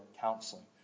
counseling